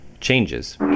changes